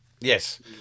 Yes